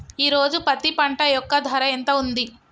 ఈ రోజు పత్తి పంట యొక్క ధర ఎంత ఉంది?